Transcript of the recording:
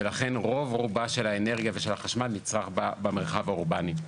ולכן רוב רובה של האנרגיה ושל החשמל נצרך במרחב האורבני.